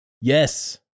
yes